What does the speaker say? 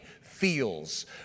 feels